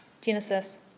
Genesis